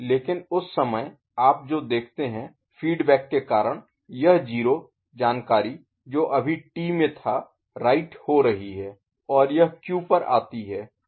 लेकिन उस समय आप जो देखते हैं फीडबैक के कारण यह 0 जानकारी जो अभी T में था राइट हो रही है और यह Q पर आती है